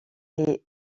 est